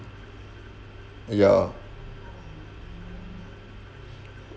ya